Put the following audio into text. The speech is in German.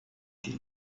die